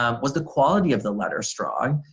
um was the quality of the letter strong,